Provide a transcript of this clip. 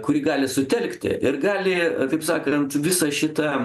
kuri gali sutelkti ir gali taip sakant visą šitą